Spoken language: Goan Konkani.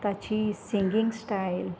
ताची सिंगींग स्टायल